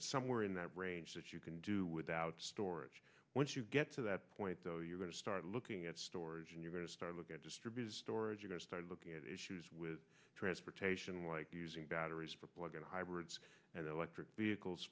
of somewhere in that range that you can do without storage once you get to that point though you're going to start looking at storage and you're going to start looking at distribution storage and start looking at issues with transportation like using batteries for plug in hybrids and electric vehicles